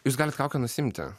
jūs galit kaukę nusiimti